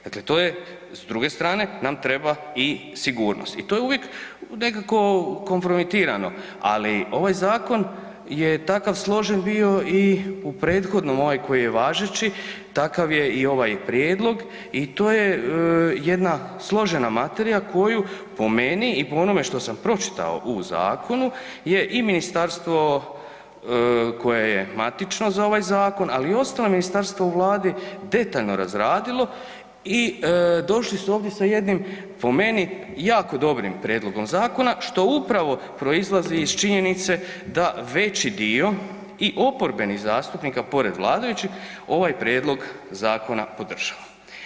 Dakle, to je, s druge strane nam treba i sigurnost i to je uvijek nekako kompromitirano, ali ovaj zakon je takav složen bio i u prethodnom, ovaj koji je važeći, takav je i ovaj prijedlog i to je jedna složena materija koju po meni i po onome što sam pročitao u zakonu je i ministarstvo koje je matično za ovaj zakon ali i ostala ministarstva u Vladi, detaljno razradilo i došli su ovdje sa jednim po meni, jako dobrim prijedlogom zakona što upravo proizlazi iz činjenice da veći dio i oporbenih zastupnika pored vladajućih, ovaj prijedlog zakona podržava.